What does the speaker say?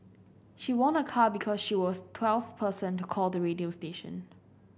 she won a car because she was twelfth person to call the radio station